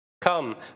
Come